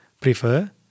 prefer